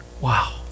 Wow